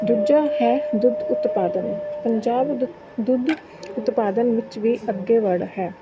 ਦੂਜਾ ਹੈ ਦੁੱਧ ਉਤਪਾਦਨ ਪੰਜਾਬ ਦੁੱ ਦੁੱਧ ਉਤਪਾਦਨ ਵਿੱਚ ਵੀ ਅੱਗੇ ਵੜ ਹੈ